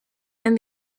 and